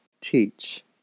teach